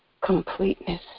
completeness